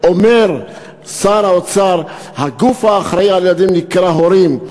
אומר שר האוצר: הגוף האחראי לילדים נקרא הורים,